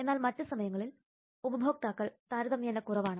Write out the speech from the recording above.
എന്നാൽ മറ്റ് സമയങ്ങളിൽ ഉപഭോക്താക്കൾ താരതമ്യേന കുറവാണ്